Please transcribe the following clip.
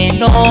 no